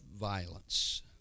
violence